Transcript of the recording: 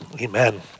Amen